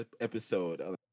episode